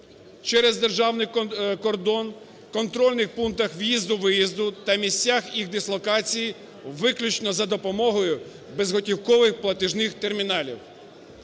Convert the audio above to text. через державний кордон у контрольних пунктах в'їзду-виїзду та місцях їх дислокації виключно за допомогою безготівкових платіжних терміналів".